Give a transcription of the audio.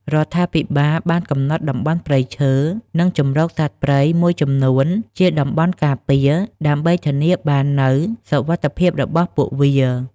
រដ្ឋាភិបាលបានកំណត់តំបន់ព្រៃឈើ និងជម្រកសត្វព្រៃមួយចំនួនជាតំបន់ការពារ ដើម្បីធានាបាននូវសុវត្ថិភាពរបស់ពួកវា។